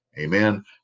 Amen